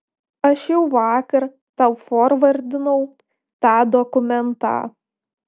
aš jau vakar tau forvardinau tą dokumentą